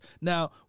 Now